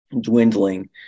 dwindling